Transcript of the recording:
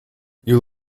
you